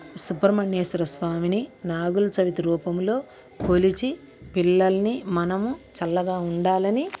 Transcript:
సుబ్రమణ్యేశ్వర స్వామిని నాగుల చవితి రూపంలో కొలిచి పిల్లల్ని మనము చల్లగా ఉండాలని